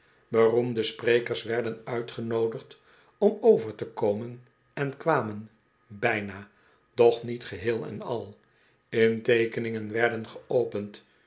beroemde sprekers werden uitgenoodigd om over te komen en kwamen bijna doch niet geheel en al inteekeningen werden geopend